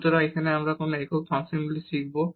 সুতরাং এখন আমরা কোন একক ফাংশনগুলি শিখব